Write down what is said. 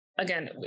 again